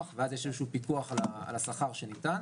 ואז יש איזשהו פיקוח על השכר שניתן,